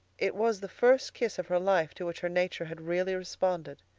it was the first kiss of her life to which her nature had really responded.